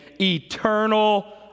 eternal